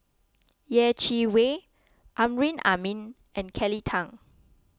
Yeh Chi Wei Amrin Amin and Kelly Tang